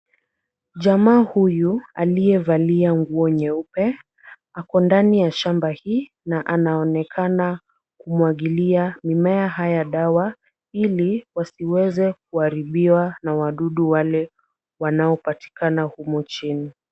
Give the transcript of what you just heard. Jamaa huyu aliyevalia nguo nyeupe ako ndani ya shamba hii na anaonekana kumwagilia mimea haya dawa, ili wasiweze kuharibiwa na wadudu wale wanaopatikana humu chini.